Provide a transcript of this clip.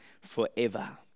forever